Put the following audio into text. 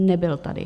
Nebyl tady.